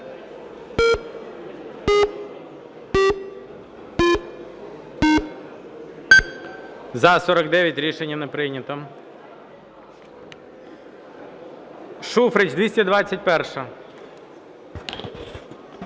За-49 Рішення не прийнято. Шуфрич, 221-а.